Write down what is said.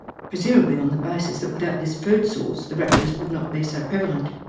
presumably on the basis that without this food source the raptors would not be so prevalent.